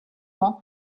ans